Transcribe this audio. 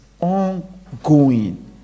ongoing